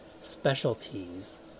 specialties